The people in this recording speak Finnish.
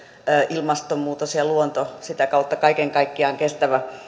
ilmastonmuutos ja luonto sitä kautta kaiken kaikkiaan kestävä